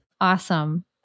Awesome